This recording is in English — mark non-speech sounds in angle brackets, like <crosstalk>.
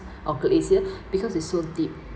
or glacier <breath> because it so deep